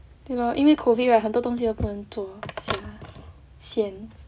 ya lor 因为 COVID right 很多东西都不能做 sian ah sian